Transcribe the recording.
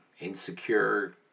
insecure